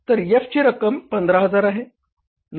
तर F ची रक्कम 15000 आहे